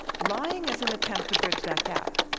lying is an attempt to bridge that gap,